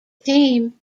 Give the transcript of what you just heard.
team